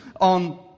on